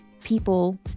people